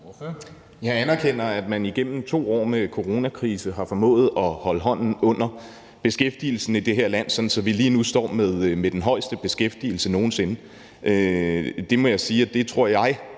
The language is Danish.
Jeg anerkender, at man igennem 2 år med coronakrise har formået at holde hånden under beskæftigelsen i det her land, sådan at vi lige nu står med den højeste beskæftigelse nogen sinde. Det må jeg sige; det tror jeg